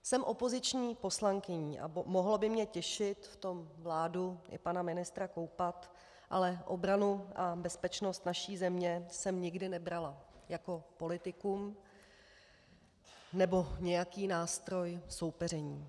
Jsem opoziční poslankyní a mohlo by mě těšit v tom vládu i pana ministra koupat, ale obranu a bezpečnost naší země jsem nikdy nebrala jako politikum nebo nějaký nástroj soupeření.